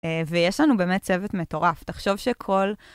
ויש לנו באמת צוות מטורף, תחשוב שכל...